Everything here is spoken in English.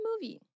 movie